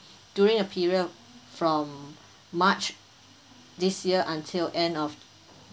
during a period from march this year until end of